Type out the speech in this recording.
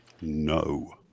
No